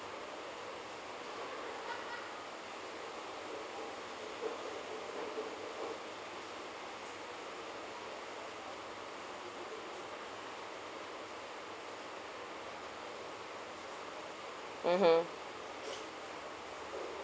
mmhmm